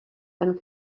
and